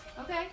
Okay